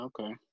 okay